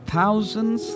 thousands